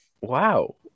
wow